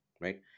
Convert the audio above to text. right